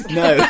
no